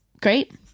Great